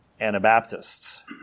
Anabaptists